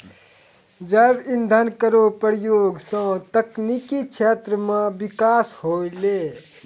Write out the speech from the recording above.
जैव इंधन केरो प्रयोग सँ तकनीकी क्षेत्र म बिकास होलै